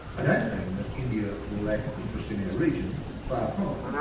i don't mean that india will lack interest in our region far from it.